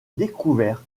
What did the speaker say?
découvert